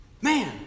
Man